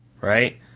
right